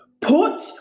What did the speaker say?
Put